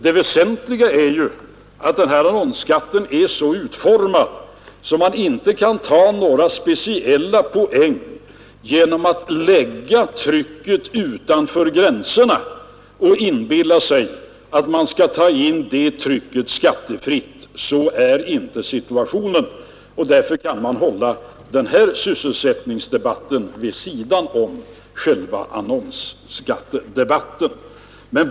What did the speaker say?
Det väsentliga är ju att den här annonsskatten är så utformad att man inte kan ta några speciella poäng genom att göra trycket utanför gränserna och inbilla sig att man kan föra in det skattefritt. Sådan är inte situationen, och därför kan vi hålla den här sysselsättningsdebatten vid sidan om själva annonsskattedebatten.